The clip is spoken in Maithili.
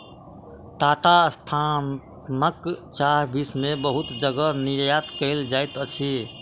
टाटा संस्थानक चाह विश्व में बहुत जगह निर्यात कयल जाइत अछि